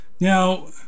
Now